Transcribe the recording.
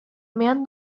man